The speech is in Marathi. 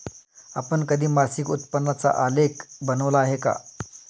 आपण कधी मासिक उत्पन्नाचा आलेख बनविला आहे का?